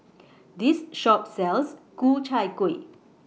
This Shop sells Ku Chai Kueh